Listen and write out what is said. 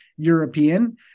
European